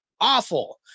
awful